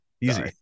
easy